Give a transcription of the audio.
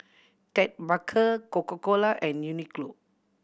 Ted Baker Coca Cola and Uniqlo